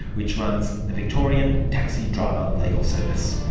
which runs the victorian taxi driver legal service